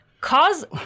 cause